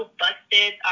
busted